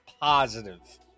positive